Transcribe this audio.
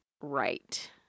right